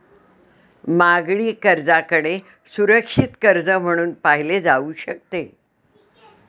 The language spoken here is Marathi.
मागणी कर्जाकडे सुरक्षित कर्ज म्हणून पाहिले जाऊ शकते